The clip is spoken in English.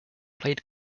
played